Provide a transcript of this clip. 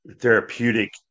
therapeutic